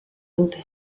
dute